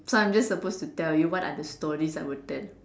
so I'm just supposed to tell you what are the stories I would tell